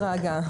ההגעה.